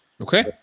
Okay